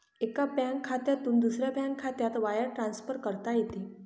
एका बँक खात्यातून दुसऱ्या बँक खात्यात वायर ट्रान्सफर करता येते